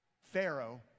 Pharaoh